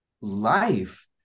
life